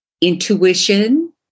intuition